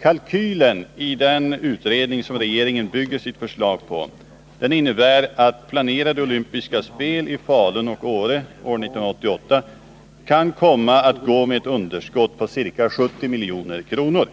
Kalkylen i den utredning som regeringen bygger sitt förslag på innebär att planerade olympiska spel i Falun och Åre år 1988 kan komma att gå med ett underskott på ca 70 milj.kr.